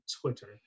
twitter